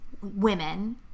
women